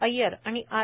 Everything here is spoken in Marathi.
अय्यर आणि आर